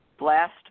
Blast